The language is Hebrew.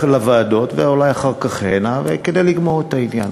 לוועדות ואולי אחר כך הנה כדי לגמור את העניין.